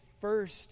first